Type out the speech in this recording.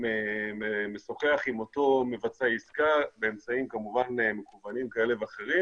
נשוחח עם אותו מבצע עסקה באמצעים מקוונים כאלה ואחרים